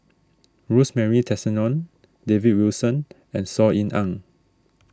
Rosemary Tessensohn David Wilson and Saw Ean Ang